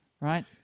right